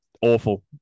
awful